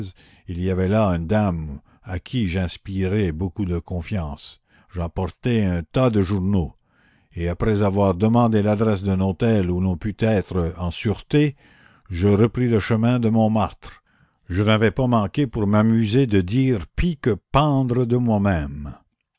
il y avait là une dame à qui j'inspirai beaucoup de confiance j'emportai un tas de journaux et après avoir demandé l'adresse d'un hôtel où l'on pût être en sûreté je repris le chemin de montmartre je n'avais pas manqué pour m'amuser de dire pis que pendre de moi-même